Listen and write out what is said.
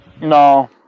no